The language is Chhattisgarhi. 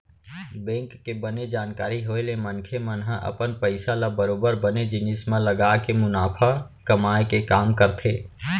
बेंक के बने जानकारी होय ले मनखे मन ह अपन पइसा ल बरोबर बने जिनिस म लगाके मुनाफा कमाए के काम करथे